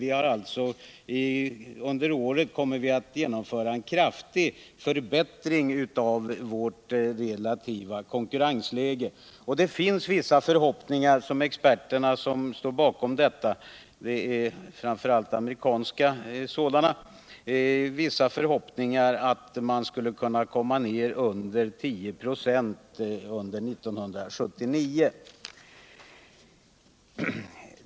Vi kommer alltså under året att genomföra en kraftig förbättring av vårt relativa konkurrensläge. Enligt de experter som står bakom tabellen — det är framför allt amerikanska sådana — finns det vissa förhoppningar att vi skulle kunna komma ned under 10 96 under 1979.